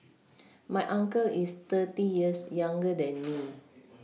my uncle is thirty years younger than me